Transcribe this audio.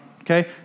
Okay